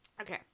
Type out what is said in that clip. Okay